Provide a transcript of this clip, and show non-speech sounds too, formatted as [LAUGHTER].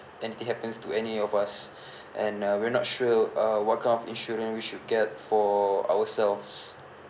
anything happens to any of us [BREATH] and uh we're not sure uh what kind of insurance we should get for ourselves